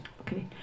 Okay